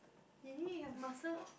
!ee! her muscle